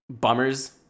bummers